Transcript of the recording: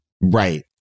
Right